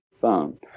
phone